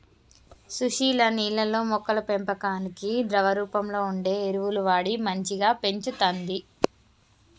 సుశీల నీళ్లల్లో మొక్కల పెంపకానికి ద్రవ రూపంలో వుండే ఎరువులు వాడి మంచిగ పెంచుతంది